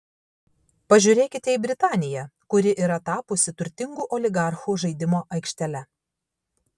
pažiūrėkite į britaniją kuri yra tapusi turtingų oligarchų žaidimo aikštele